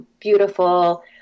beautiful